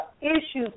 issues